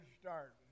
start